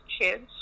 kids